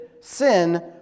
sin